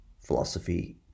Philosophy